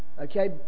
Okay